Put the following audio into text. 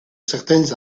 certains